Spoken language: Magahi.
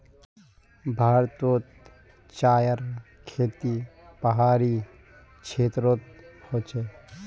भारतोत चायर खेती पहाड़ी क्षेत्रोत होचे